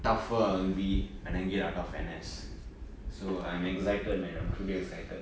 tougher I will be when I get out of N_S so I'm excited man I'm truly excited